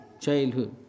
childhood